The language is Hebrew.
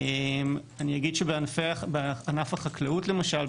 אני אגיד שבענף החקלאות למשל,